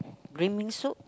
green bean soup